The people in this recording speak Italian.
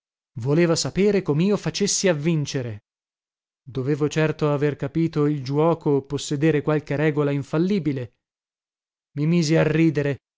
voleva sapere comio facessi a vincere dovevo certo aver capito il giuoco o possedere qualche regola infallibile i misi a ridere